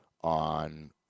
on